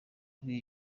kuri